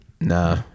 Nah